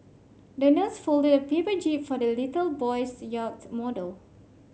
the nurse folded a paper jib for the little boy's yacht model